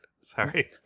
Sorry